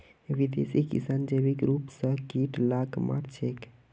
विदेशी किसान जैविक रूप स कीट लाक मार छेक